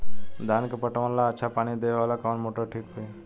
धान के पटवन ला अच्छा पानी देवे वाला कवन मोटर ठीक होई?